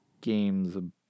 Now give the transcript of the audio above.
games